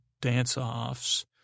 dance-offs